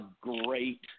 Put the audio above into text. great